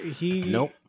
Nope